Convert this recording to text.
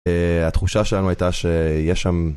התחושה שלנו הייתה שיש שם...